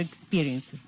experiences